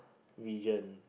vision